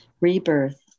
Rebirth